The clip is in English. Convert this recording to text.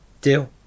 deal